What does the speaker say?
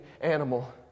animal